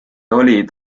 olid